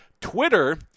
Twitter